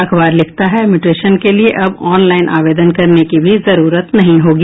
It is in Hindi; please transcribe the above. अखबार लिखता है म्यूटेशन के लिये अब ऑनलाइन आवेदन करने की भी जरूरत नहीं होगी